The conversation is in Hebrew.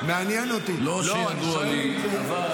--- לא שידוע לי,